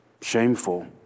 shameful